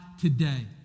today